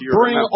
bring